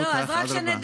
לא, אז רק שנדע.